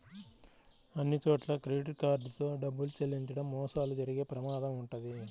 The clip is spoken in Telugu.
అన్నిచోట్లా క్రెడిట్ కార్డ్ తో డబ్బులు చెల్లించడం మోసాలు జరిగే ప్రమాదం వుంటది